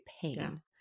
pain –